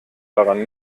daran